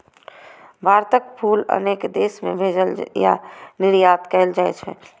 भारतक फूल अनेक देश मे भेजल या निर्यात कैल जाइ छै